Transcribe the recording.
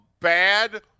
bad